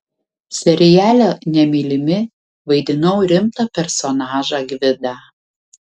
seriale nemylimi vaidinau rimtą personažą gvidą